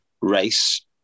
race